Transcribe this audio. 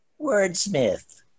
Wordsmith